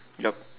yup